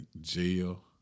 jail